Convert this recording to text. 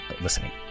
listening